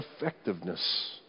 effectiveness